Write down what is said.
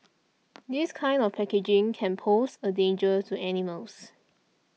this kind of packaging can pose a danger to animals